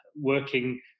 working